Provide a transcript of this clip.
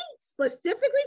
specifically